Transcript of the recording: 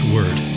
Word